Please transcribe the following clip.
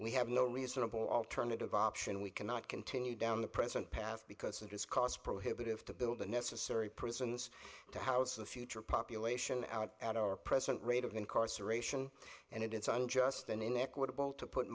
we have no reasonable alternative option we cannot continue down the present path because it's cost prohibitive to build the necessary prisons to house the future population out at our present rate of incarceration and it into an unjust and inequitable to put